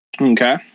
Okay